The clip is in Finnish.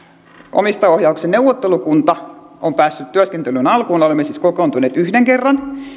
omistajaohjauksen neuvottelukunta on päässyt työskentelyn alkuun olemme siis kokoontuneet yhden kerran